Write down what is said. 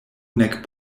nek